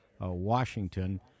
Washington